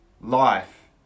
life